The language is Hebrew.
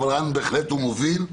אבל בהחלט רן מוביל.